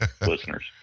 listeners